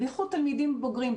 בייחוד תלמידים בוגרים,